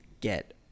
get